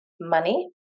money